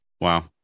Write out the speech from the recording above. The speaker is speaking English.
wow